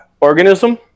organism